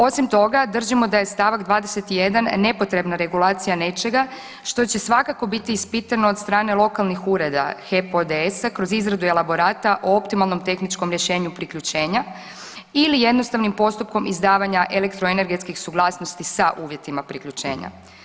Osim toga, držimo da je st. 21 nepotrebna regulacija nečega što će svakako biti ispitano od strane lokalnih ureda HEP-ODS-a kroz izradu elaborata o optimalnom tehničkom rješenju priključenja ili jednostavnim postupkom izdavanja elektroenergetskih suglasnosti sa uvjetima priključenja.